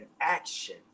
action